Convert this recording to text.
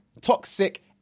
toxic